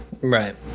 Right